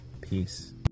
Peace